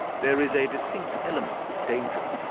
there is a distinct element of danger.